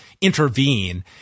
intervene